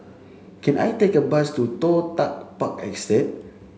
can I take a bus to Toh Tuck Park Estate